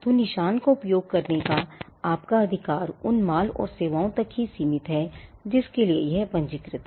तो निशान का उपयोग करने का आपका अधिकार उन माल और सेवाओं तक ही सीमित है जिसके लिए यह पंजीकृत है